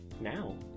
Now